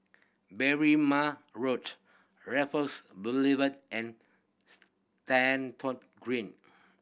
Berrima Road Raffles Boulevard and Green